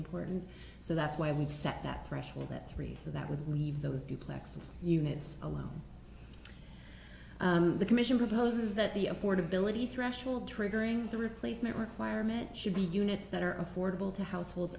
important so that's why we've set that threshold that three so that would leave those duplexes units alone the commission proposes that the affordability threshold triggering the replacement requirement should be units that are affordable to household